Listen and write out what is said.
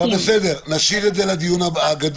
אבל בסדר, נשאיר את זה לדיון הגדול.